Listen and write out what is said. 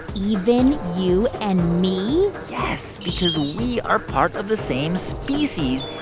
even you and me? yes, because we are part of the same species,